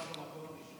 מי זכה במקום הראשון?